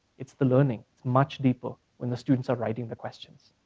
it's the learning, much deeper when the students are writing the questions.